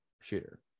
shooter